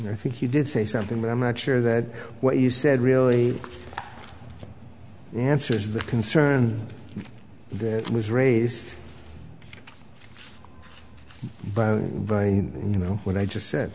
and i think he did say something that i'm not sure that what you said really answers the concern that was raised by you know what i just